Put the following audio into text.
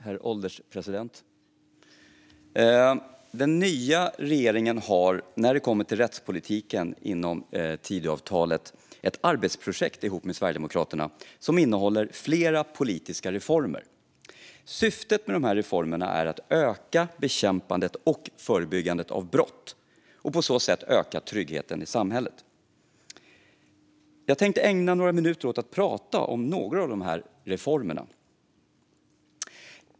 Herr ålderspresident! Den nya regeringen har, när det kommer till rättspolitiken och Tidöavtalet, ihop med Sverigedemokraterna ett arbetsprojekt som innehåller flera politiska reformer. Syftet med de här reformerna är att öka bekämpandet och förebyggandet av brott och på så sätt öka tryggheten i samhället. Jag tänkte ägna några minuter åt att prata om några av de här reformerna.